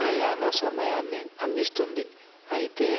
ప్రయాణ సమయాన్ని అందిస్తుంది అయితే